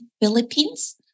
Philippines